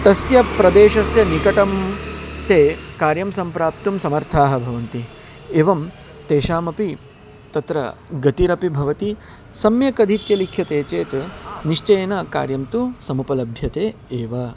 तस्य प्रदेशस्य निकटं ते कार्यं सम्प्राप्तुं समर्थाः भवन्ति एवं तेषामपि तत्र गतिरपि भवति सम्यक् अधीत्य लिख्यते चेत् निश्चयेन कार्यं तु समुपलभ्यते एव